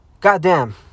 Goddamn